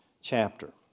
chapter